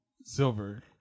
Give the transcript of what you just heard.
silver